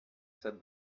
said